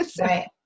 Right